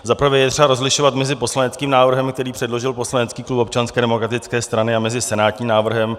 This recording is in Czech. Za prvé je třeba rozlišovat mezi poslaneckým návrhem, který předložil poslanecký klub Občanské demokratické strany, a senátním návrhem.